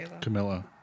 Camilla